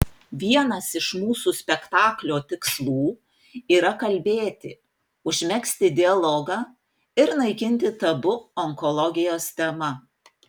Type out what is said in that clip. vienas iš mūsų spektaklio tikslų yra kalbėti užmegzti dialogą ir naikinti tabu onkologijos tema